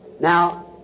now